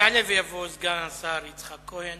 יעלה ויבוא סגן השר יצחק כהן